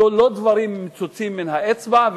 אלה לא דברים מצוצים מן האצבע,